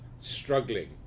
struggling